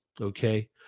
Okay